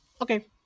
okay